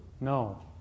No